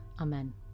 Amen